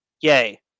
Yay